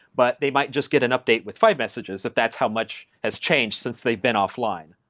but they might just get an update with five messages that that's how much has changed since they've been offline